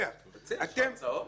יש לך הצעות?